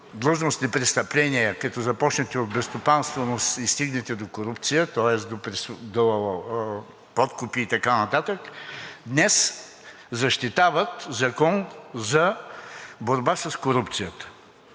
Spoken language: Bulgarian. длъжностни престъпления, като започнете от безстопанственост и стигнете до корупция, тоест до подкупи и така нататък, днес защитават Закон за борба с корупцията.